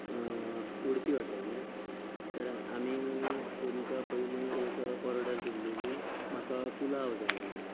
उडपी hotel न्ही तर आमी तुमकां पयलीं एक ऑर्डर दिल्ली म्हाका पुलाव जाय म्हणून